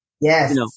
Yes